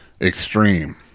extreme